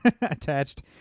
attached